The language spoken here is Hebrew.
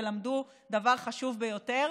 הם ולמדו דבר חשוב ביותר,